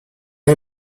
est